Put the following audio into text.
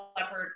leopard